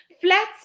flats